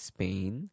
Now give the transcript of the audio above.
Spain